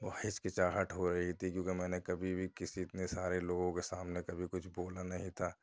وہ ہچکچاہٹ ہو رہی تھی کیوں کہ میں نے کبھی بھی کسی اتنے سارے لوگوں کے سامنے کبھی کچھ بولا نہیں تھا